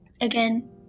Again